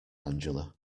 angela